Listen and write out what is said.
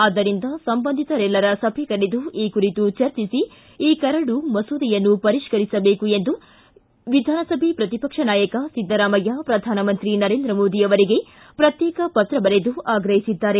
ಆದ್ದರಿಂದ ಸಂಬಂಧಿತರೆಲ್ಲರ ಸಭೆ ಕರೆದು ಈ ಕುರಿತು ಚರ್ಚಿಸಿ ಈ ಕರಡು ಮಸೂದೆಯನ್ನು ಪರಿಷ್ಠರಿಸಬೇಕು ಎಂದು ವಿಧಾನಸಭೆ ಪ್ರತಿಪಕ್ಷ ನಾಯಕ ಸಿದ್ದರಾಮಯ್ತ ಪ್ರಧಾನಮಂತ್ರಿ ನರೇಂದ್ರ ಮೋದಿ ಅವರಿಗೆ ಪ್ರತ್ಯೇಕ ಪತ್ರ ಬರೆದು ಆಗ್ರಹಿಸಿದ್ದಾರೆ